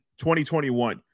2021